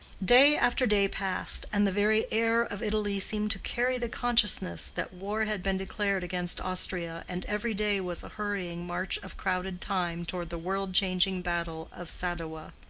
day after day passed, and the very air of italy seemed to carry the consciousness that war had been declared against austria, and every day was a hurrying march of crowded time toward the world-changing battle of sadowa.